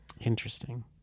Interesting